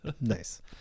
Nice